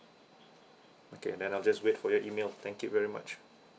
okay then I'll just wait for your email thank you very much